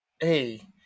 hey